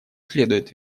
следует